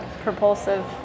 Propulsive